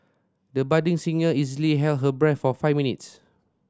the budding singer easily held her breath for five minutes